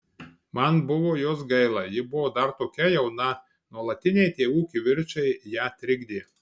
man buvo jos gaila ji buvo dar tokia jauna nuolatiniai tėvų kivirčai ją trikdė